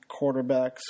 quarterbacks